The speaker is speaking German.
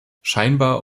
scheinbar